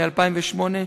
מ-2008,